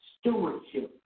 stewardship